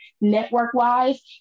network-wise